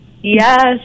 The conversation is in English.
Yes